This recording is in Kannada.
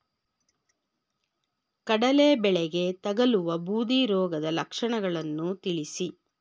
ಕಡಲೆ ಬೆಳೆಗೆ ತಗಲುವ ಬೂದಿ ರೋಗದ ಲಕ್ಷಣಗಳನ್ನು ತಿಳಿಸಿ?